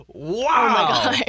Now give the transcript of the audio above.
Wow